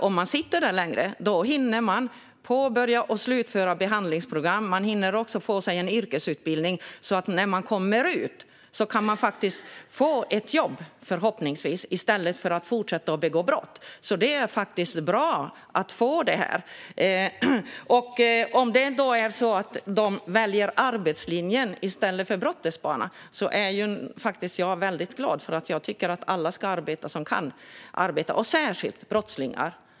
Om man sitter i fängelse hinner man påbörja och slutföra behandlingsprogram. Man hinner också få en yrkesutbildning så att man förhoppningsvis kan få ett jobb när man kommer ut, i stället för att fortsätta att begå brott. Det är faktiskt bra att få det här. Om man väljer arbetslinjen i stället för brottets bana är jag glad, för jag tycker alla som kan ska arbeta, särskilt brottslingar.